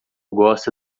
gosta